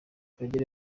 kagere